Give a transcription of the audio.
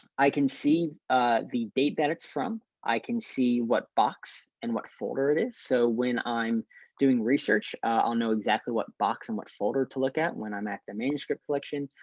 i can see the date that it's from. i can see what box and what folder it is, so when i'm doing research on know exactly what box and what folder to look at when i'm at the manuscript collection.